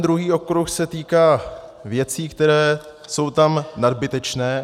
Druhý okruh se týká věcí, které jsou tam nadbytečné.